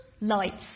lights